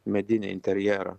medinį interjerą